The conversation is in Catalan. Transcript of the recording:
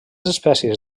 espècies